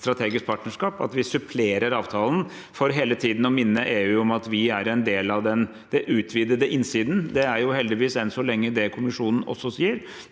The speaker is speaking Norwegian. strategisk partnerskap: at vi supplerer avtalen for hele tiden å minne EU om at vi er en del av den utvidede innsiden. Det er heldigvis enn så lenge det Kommisjonen også sier.